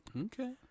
Okay